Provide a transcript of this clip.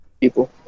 people